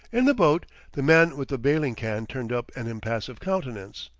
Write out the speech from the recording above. in the boat the man with the bailing can turned up an impassive countenance.